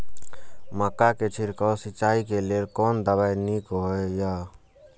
मक्का के छिड़काव सिंचाई के लेल कोन दवाई नीक होय इय?